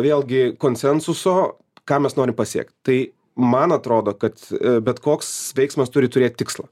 vėlgi konsensuso ką mes norim pasiekt tai man atrodo kad bet koks veiksmas turi turėt tikslą